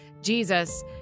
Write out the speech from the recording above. Jesus